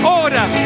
order